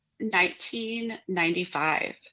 1995